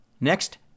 Next